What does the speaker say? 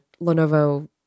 Lenovo